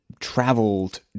traveled